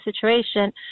situation